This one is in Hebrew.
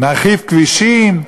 נרחיב כבישים?